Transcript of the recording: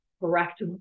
correct